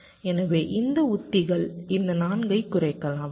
எனவே இந்த உத்திகள் இந்த 4 ஐக் குறைக்கலாம்